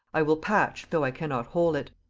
i will patch though i cannot whole it.